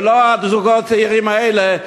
ולא את הזוגות צעירים האלה,